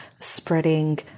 spreading